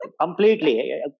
completely